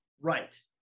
right